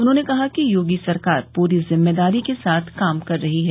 उन्होंने कहा कि योगी सरकार पूरी ज़िम्मेदारी के साथ काम कर रही है